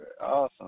Awesome